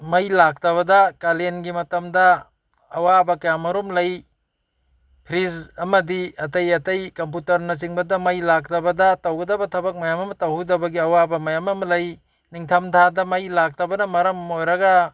ꯃꯩ ꯂꯥꯛꯇꯕꯗ ꯀꯥꯂꯦꯟꯒꯤ ꯃꯇꯝꯗ ꯑꯋꯥꯕ ꯀꯌꯥꯃꯔꯣꯝ ꯂꯩ ꯐ꯭ꯔꯤꯖ ꯑꯃꯗꯤ ꯑꯇꯩ ꯑꯇꯩ ꯀꯝꯄ꯭ꯌꯨꯇꯔꯅꯆꯤꯡꯕꯗ ꯃꯩ ꯂꯥꯛꯇꯕꯗ ꯇꯧꯒꯗꯕ ꯊꯕꯛ ꯃꯌꯥꯝ ꯇꯍꯧꯗꯕꯒꯤ ꯑꯋꯥꯕ ꯃꯌꯥꯝ ꯑꯃ ꯂꯩ ꯅꯤꯡꯊꯝꯊꯥꯗ ꯃꯩ ꯂꯥꯛꯇꯕꯅ ꯃꯔꯝ ꯑꯣꯏꯔꯒ